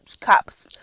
cops